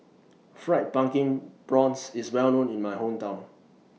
Fried Pumpkin Prawns IS Well known in My Hometown